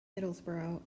middlesbrough